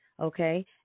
Okay